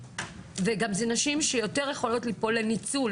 וזה נשים שגם יותר יכולות ליפול לניצול,